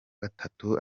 gatatu